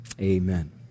amen